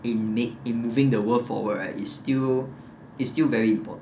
in make in moving the world forward right is still is still very important